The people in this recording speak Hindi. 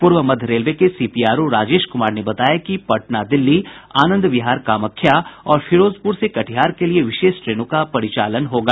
पूर्व मध्य रेलवे के सीपीआरओ राजेश कुमार ने बताया कि पटना दिल्ली आनंद विहार कामख्या और फिरोजपुर से कटिहार के लिए विशेष ट्रेनों का परिचालन होगा